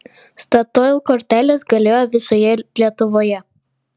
statoil kortelės galioja visoje lietuvoje